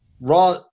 Raw